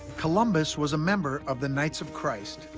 columbus was a member of the knights of christ.